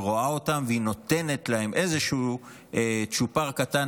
שהיא רואה אותם ושהיא נותנת להם איזשהו צ'ופר קטן